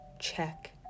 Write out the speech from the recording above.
check